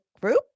Group